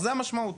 זו המשמעות.